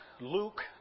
Luke